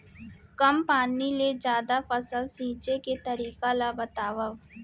कम पानी ले जादा फसल सींचे के तरीका ला बतावव?